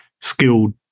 skilled